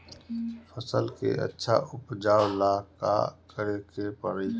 फसल के अच्छा उपजाव ला का करे के परी?